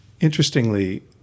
Interestingly